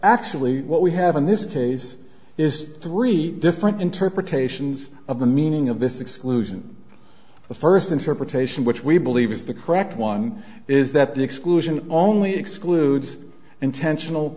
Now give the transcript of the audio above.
actually what we have in this case is three different interpretations of the meaning of this exclusion the first interpretation which we believe is the correct one is that the exclusion only excludes intentional